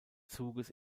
zuges